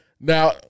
now